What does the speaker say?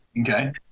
Okay